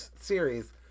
series